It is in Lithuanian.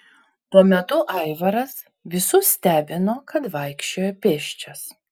tuo metu aivaras visus stebino kad vaikščiojo pėsčias